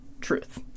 truth